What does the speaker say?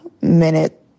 minute